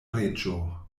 reĝo